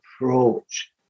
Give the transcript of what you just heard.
approach